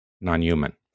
non-human